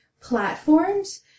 platforms